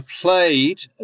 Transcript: played